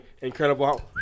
incredible